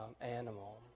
animal